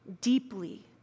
deeply